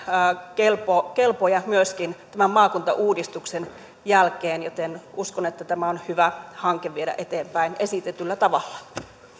kelpoja kelpoja myöskin tämän maakuntauudistuksen jälkeen joten uskon että tämä on hyvä hanke viedä eteenpäin esitetyllä tavalla